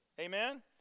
Amen